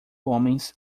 homens